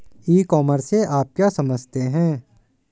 ई commerce से आप क्या समझते हो?